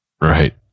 right